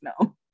no